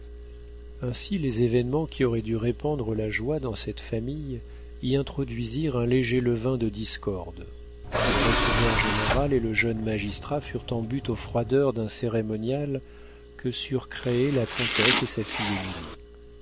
ainsi les événements qui auraient dû répandre la joie dans cette famille y introduisirent un léger levain de discorde le receveur-général et le jeune magistrat furent en butte aux froideurs d'un cérémonial que surent créer la comtesse et sa fille émilie